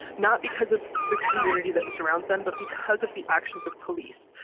not because of the community that surrounds them, but because of the actions of police.